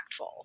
impactful